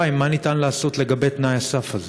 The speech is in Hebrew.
מה ניתן לעשות לגבי תנאי הסף הזה?